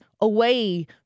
away